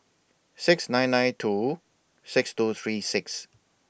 six nine nine two six two three six